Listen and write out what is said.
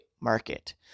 market